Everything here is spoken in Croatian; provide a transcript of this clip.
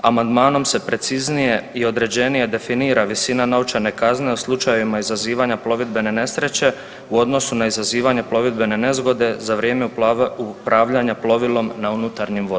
Amandmanom se preciznije i određenije definira visina novčane kazne u slučajevima izazivanja plovidbene nesreće u odnosu na izazivanje plovidbene nezgode za vrijeme upravljanja plovilom na unutarnjim vodama.